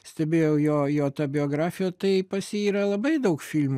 stebėjau jo jo tą biografiją tai pas jį yra labai daug filmų